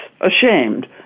ashamed